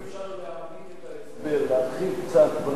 אם אפשר להעמיק את ההסבר, להרחיב קצת.